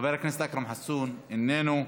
חבר הכנסת אכרם חסון, איננו,